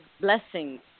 blessings